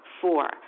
Four